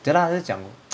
then ah 他是讲